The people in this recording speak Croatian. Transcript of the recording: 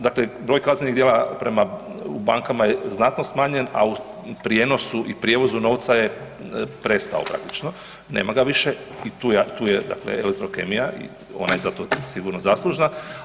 Dakle, broj kaznenih djela prema bankama je znatno smanjen, a u prijenosu i prijevozu novca je prestao praktično, nema ga više i tu je dakle elektrokemija i ona je za to sigurno zaslužna.